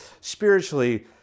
spiritually